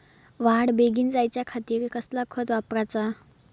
वाढ बेगीन जायच्या खातीर कसला खत वापराचा?